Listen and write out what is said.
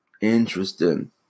Interesting